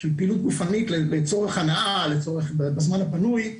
פעילות גופנית לצורך הנאה, בזמן הפנוי,